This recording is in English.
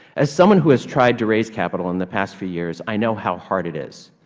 as someone who has tried to raise capital in the past few years i know how hard it is.